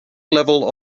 level